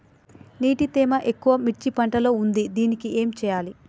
నీటి తేమ ఎక్కువ మిర్చి పంట లో ఉంది దీనికి ఏం చేయాలి?